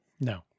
No